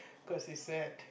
cause it's sad